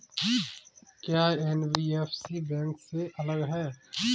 क्या NBFC bank से अलग है?